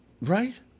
Right